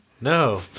No